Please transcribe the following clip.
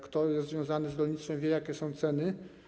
Kto jest związany z rolnictwem, wie, jakie są ceny.